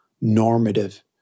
normative